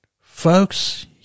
Folks